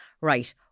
Right